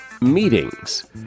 meetings